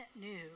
new